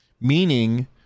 Meaning